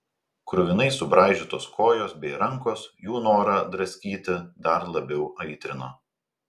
kruvinai subraižytos kojos bei rankos jų norą draskyti dar labiau aitrino